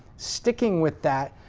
sticking with that,